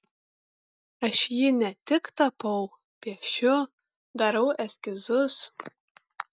aš jį ne tik tapau piešiu darau eskizus